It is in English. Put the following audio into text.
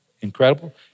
Incredible